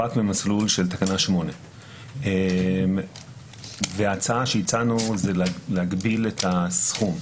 במסלול של תקנה 8. ההצעה שהצענו היא להגביל את הסכום.